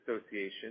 Association